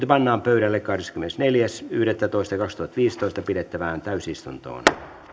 pannaan pöydälle kahdeskymmenesneljäs yhdettätoista kaksituhattaviisitoista pidettävään täysistuntoon